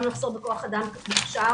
גם מחסור בכוח אדם מוכשר,